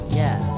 yes